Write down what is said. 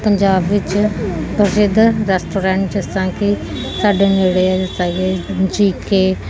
ਪੰਜਾਬ ਵਿੱਚ ਪ੍ਰਸਿੱਧ ਰੈਸਟੋਰੈਂਟ ਜਿਸ ਤਰ੍ਹਾਂ ਕਿ ਸਾਡੇ ਨੇੜੇ ਜਿਸ ਤਰ੍ਹਾਂ ਕਿ ਜੀ ਕੇ